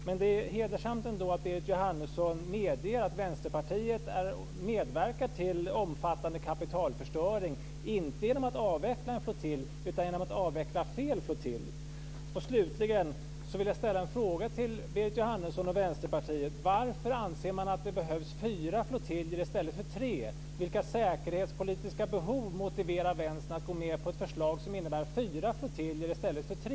Det är ändå hedersamt att Berit Jóhannesson medger att Vänsterpartiet medverkar till omfattande kapitalförstöring inte genom att avveckla en flottilj utan genom att avveckla fel flottilj. Slutligen vill jag ställa en fråga till Berit Jóhannesson och Vänsterpartiet. Varför anser ni att det behövs fyra flottiljer i stället för tre? Vilka säkerhetspolitiska behov motiverar Vänstern att gå med på ett förslag som innebär fyra flottiljer i stället för tre?